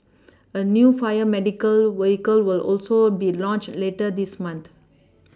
a new fire medical vehicle will also be launched later this month